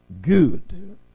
Good